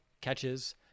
catches